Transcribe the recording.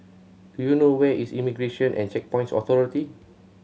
do you know where is Immigration and Checkpoints Authority